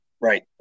Right